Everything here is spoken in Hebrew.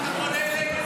מה אתה פונה אלינו?